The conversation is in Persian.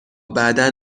بعدا